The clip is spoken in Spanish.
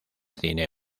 cine